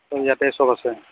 ইয়াতে সব আছে